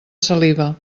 saliva